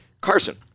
carson